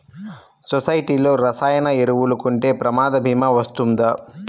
సొసైటీలో రసాయన ఎరువులు కొంటే ప్రమాద భీమా వస్తుందా?